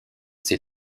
ses